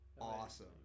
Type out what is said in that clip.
Awesome